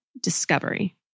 discovery